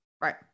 Right